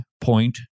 point